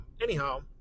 anyhow